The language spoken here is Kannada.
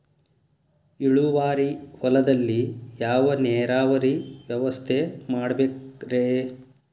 ಇಳುವಾರಿ ಹೊಲದಲ್ಲಿ ಯಾವ ನೇರಾವರಿ ವ್ಯವಸ್ಥೆ ಮಾಡಬೇಕ್ ರೇ?